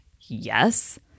yes